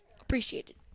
appreciated